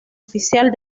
oficial